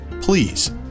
Please